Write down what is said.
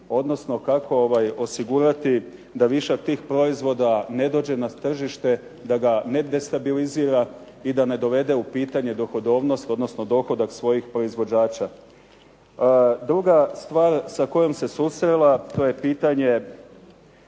odnosno kako osigurati da višak tih proizvoda ne dođe na tržište da ga ne stabilizira i da ne dovede u pitanje dohodovnost odnosno dohodak svojih proizvođača. Druga stvar sa kojom se susrela to je pitanje